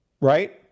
Right